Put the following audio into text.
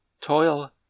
Toil